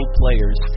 players